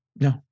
No